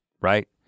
Right